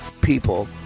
people